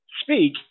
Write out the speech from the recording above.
speak